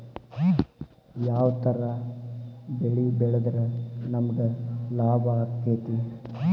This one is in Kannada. ಯಾವ ತರ ಬೆಳಿ ಬೆಳೆದ್ರ ನಮ್ಗ ಲಾಭ ಆಕ್ಕೆತಿ?